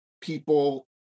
people